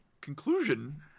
conclusion